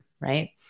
right